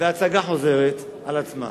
וההצגה חוזרת על עצמה.